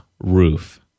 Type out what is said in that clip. roof